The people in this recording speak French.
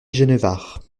genevard